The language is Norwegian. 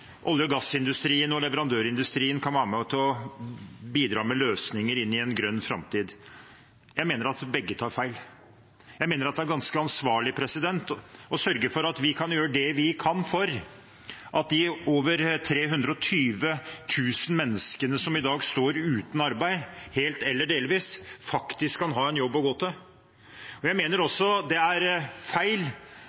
olje- og gassindustrien og leverandørindustrien kan være med på å bidra med løsninger inn i en grønn framtid. Jeg mener at begge tar feil. Jeg mener det er ganske ansvarlig å sørge for at vi gjør det vi kan for at de over 320 000 menneskene som i dag står helt eller delvis uten arbeid, faktisk kan ha en jobb å gå til. Jeg mener også det er feil å si at olje- og